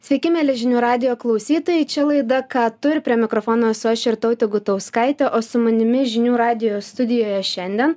sveiki mieli žinių radijo klausytojai čia laida ką tu ir prie mikrofono aš irtautė gutauskaitė o su manimi žinių radijo studijoje šiandien